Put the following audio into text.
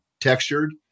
textured